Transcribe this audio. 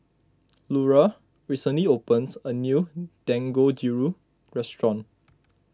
Lura recently opened a new Dangojiru restaurant